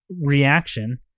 reaction